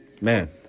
Man